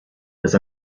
was